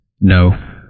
No